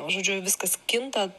žodžiu viskas kinta